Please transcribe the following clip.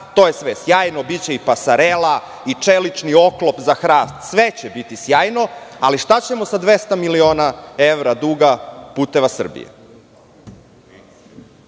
to je sve sjajno, biće i pasarela i čelični oklop za hrast, sve će biti sjajno, ali šta ćemo sa 200 miliona evra duga "Puteva Srbije"?